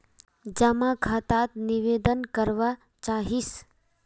जमा खाता त निवेदन करवा चाहीस?